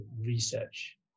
research